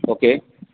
okay